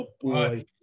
boy